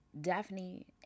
Daphne